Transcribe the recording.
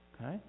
okay